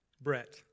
Brett